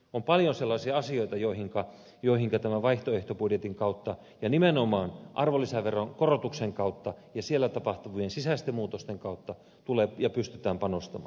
on paljon sellaisia asioita joihinka tämän vaihtoehtobudjetin kautta ja nimenomaan arvonlisäveron korotuksen kautta ja siellä tapahtuvien sisäisten muutosten kautta tulee panostaa ja pystytään panostamaan